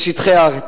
בשטחי הארץ.